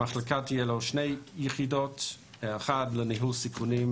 למחלקה יהיו שתי יחידות: יחידה לניהול סיכונים,